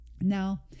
Now